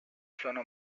sono